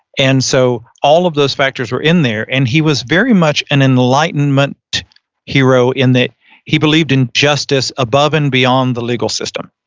and so, all of those factors were in there and he was very much an enlightenment hero that he believed in justice above and beyond the legal system.